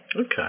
Okay